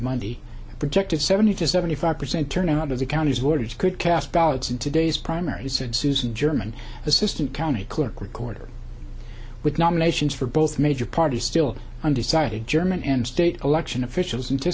monday projected seventy to seventy five percent turnout of the county's workers could cast ballots in today's primaries said susan german assistant county clerk recorder with nominations for both major parties still undecided german and state election officials and to